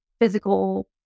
physical